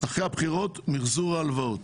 אחרי הבחירות, מחזור ההלוואות.